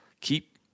keep